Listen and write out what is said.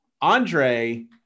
Andre